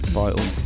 vital